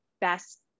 best